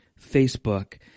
Facebook